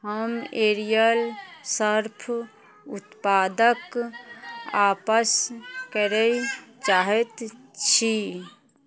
हम Ariel Surf उत्पादकेँ आपस करै चाहै छी